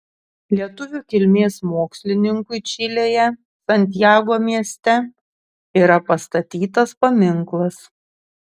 lietuvių kilmės mokslininkui čilėje santjago mieste yra pastatytas paminklas